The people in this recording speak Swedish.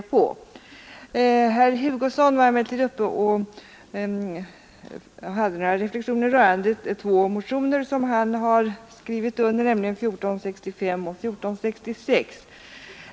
Herr Hugosson gjorde några reflexioner rörande två motioner som han skrivit under, nämligen motionerna 1465 och 1466.